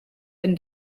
been